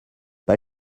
pas